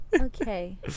Okay